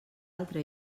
altra